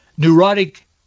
Neurotic